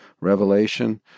revelation